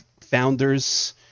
founders